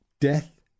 Death